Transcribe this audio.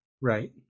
Right